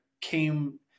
came